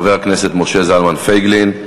חבר הכנסת משה זלמן פייגלין,